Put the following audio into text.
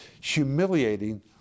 humiliating